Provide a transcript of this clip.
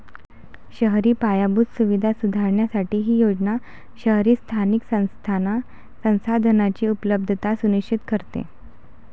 शहरी पायाभूत सुविधा सुधारण्यासाठी ही योजना शहरी स्थानिक संस्थांना संसाधनांची उपलब्धता सुनिश्चित करते